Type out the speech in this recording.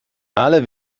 alle